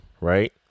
right